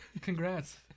congrats